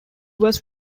was